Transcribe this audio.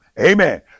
Amen